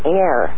air